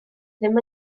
ddim